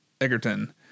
Egerton